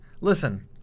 Listen